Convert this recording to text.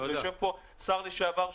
יושב פה שר לשעבר,